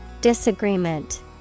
Disagreement